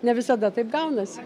ne visada taip gaunasi